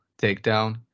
takedown